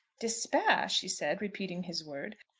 despair! she said, repeating his word.